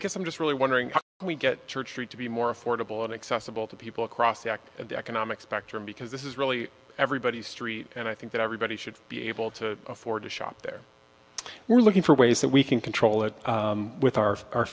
guess i'm just really wondering how we get church street to be more affordable and accessible to people across the act and the economic spectrum because this is really everybody's street and i think that everybody should be able to afford to shop there we're looking for ways that we can control it with our our